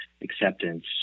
acceptance